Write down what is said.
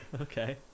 okay